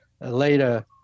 later